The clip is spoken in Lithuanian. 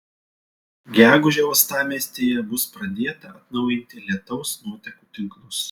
gegužę uostamiestyje bus pradėta atnaujinti lietaus nuotekų tinklus